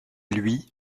lui